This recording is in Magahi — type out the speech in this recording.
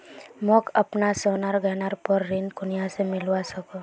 मोक अपना सोनार गहनार पोर ऋण कुनियाँ से मिलवा सको हो?